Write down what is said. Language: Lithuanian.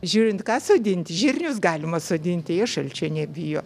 žiūrint ką sodint žirnius galima sodinti jie šalčio nebijo